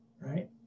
right